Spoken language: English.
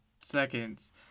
seconds